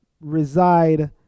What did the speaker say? reside